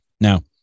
now